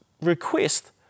request